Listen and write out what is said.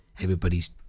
Everybody's